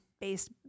based